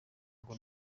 ngo